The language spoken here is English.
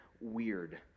weird